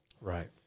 right